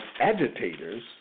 agitators